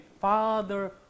Father